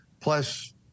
Plus